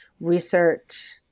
research